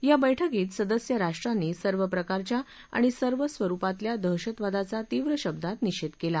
याबैठकीत सदस्यराष्ट्रांनी सर्व प्रकारच्या आणि सर्व स्वरुपातल्या दहशतवादाचा तीव्र शब्दात निषेध केला